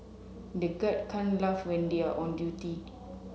the guard can't laugh when they are on duty